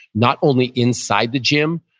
not only inside the gym,